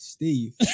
Steve